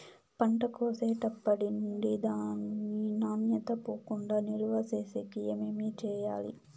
పంట కోసేటప్పటినుండి దాని నాణ్యత పోకుండా నిలువ సేసేకి ఏమేమి చేయాలి?